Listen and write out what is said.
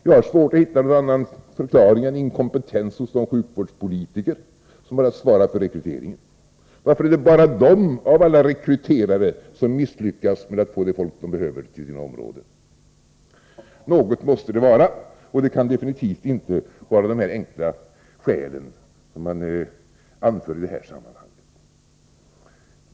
Jag har svårt att hitta någon annan förklaring än inkompetens hos de sjukvårdspolitiker som har att svara för rekryteringen. Varför är det bara dessa av alla rekryterare som misslyckas med att få det folk som man behöver till sitt område? Något måste det vara — det kan definitivt inte röra sig om de enkla skäl som anförs i detta sammanhang.